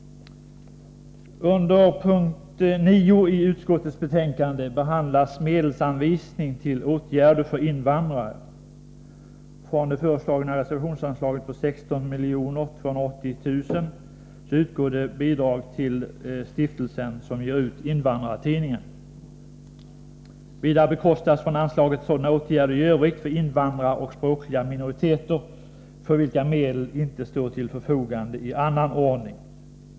Under punkt 9 i utskottets betänkande behandlas medelsanvisning till åtgärder för invandrare. Från det föreslagna reservationsanslaget på 16 280 000 kr. utgår bidrag till den stiftelse som ger ut Invandrartidningen. Vidare bekostas från anslaget sådana åtgärder i övrigt för invandrare och språkliga minoriteter, för vilka medel inte står till förfogande i annan ordning.